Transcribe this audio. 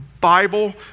Bible